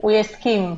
הוא יסכים.